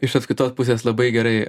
iš tos kitos pusės labai gerai